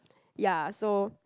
ya so